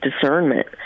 discernment